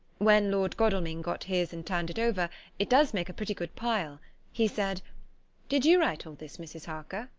when lord godalming got his and turned it over it does make a pretty good pile he said did you write all this, mrs. harker?